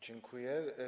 Dziękuję.